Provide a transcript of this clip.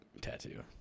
tattoo